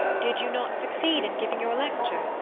did you not succeed in giving your lecture?